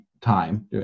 time